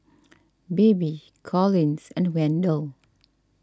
Baby Collins and Wendell